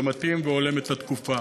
זה מתאים והולם את התקופה.